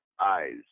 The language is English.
eyes